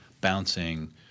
bouncing